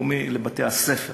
מקומי, לבתי-הספר,